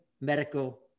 medical